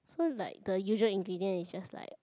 so like the usual ingredient is just like